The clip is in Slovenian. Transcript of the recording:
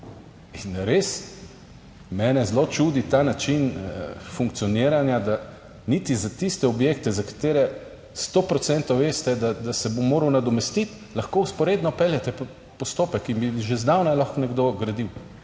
In res mene zelo čudi ta način funkcioniranja, da niti za tiste objekte, za katere 100 procentov veste, da se bo moral nadomestiti, lahko vzporedno peljete postopek in bi že zdavnaj lahko nekdo gradil,